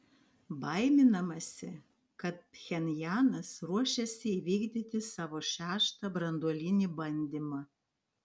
baiminamasi kad pchenjanas ruošiasi įvykdyti savo šeštą branduolinį bandymą